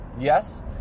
Yes